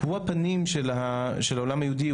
הוא הפנים של העולם היהודי,